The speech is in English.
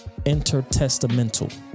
intertestamental